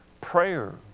prayer